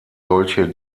solche